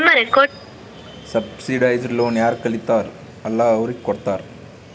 subsidised loan ಯಾರ್ ಕಲಿತಾರ್ ಅಲ್ಲಾ ಅವ್ರಿಗ ಕೊಡ್ತಾರ್